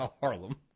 Harlem